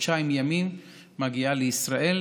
מגיעה לישראל,